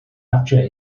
adre